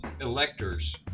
electors